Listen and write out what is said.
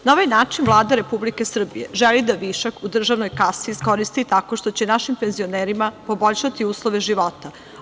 Na ovaj način Vlada Republike Srbije želi da višak u državnoj kasi iskoristi tako što će našim penzionerima poboljšati uslove života.